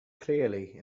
clearly